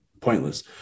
pointless